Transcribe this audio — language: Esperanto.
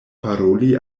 paroli